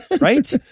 right